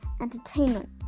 entertainment